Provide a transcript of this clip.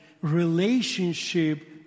relationship